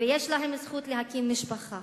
ויש להם זכות להקים משפחה,